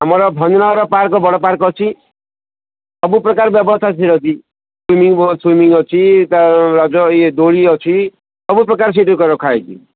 ଆମର ଭଞ୍ଜନଗର ପାର୍କ ବଡ଼ ପାର୍କ ଅଛି ସବୁ ପ୍ରକାର ବ୍ୟବସ୍ଥା ଅଛି ସୁଇମିଂ ସୁଇମିଂ ଅଛି ରଜ ଇଏ ଦୋଳି ଅଛି ସବୁ ପ୍ରକାର ସେଇଟି ରଖା ହେଇଛି